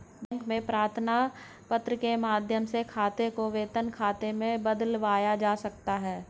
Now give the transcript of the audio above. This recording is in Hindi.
बैंक में प्रार्थना पत्र के माध्यम से खाते को वेतन खाते में बदलवाया जा सकता है